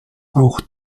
auch